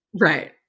right